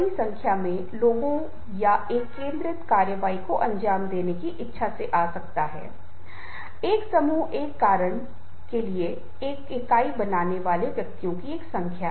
आमतौर पर लोग प्रेरित होते हैं जब कुछ ऐसा करने की इच्छा होती है जो बहुत महत्वपूर्ण है